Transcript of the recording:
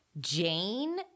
jane